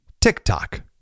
TikTok